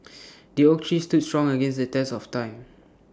the oak tree stood strong against the test of time